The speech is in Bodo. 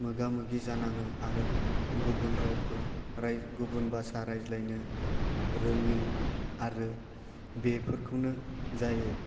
मोगा मोगि जानाङो आरो गुबुन रावफोर गुबुन भासा रायज्लायनो रोङि आरो बेफोरखौनो जायो